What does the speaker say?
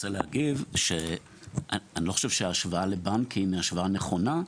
אני לא חושב שההשוואה לבנקים היא השוואה נכונה,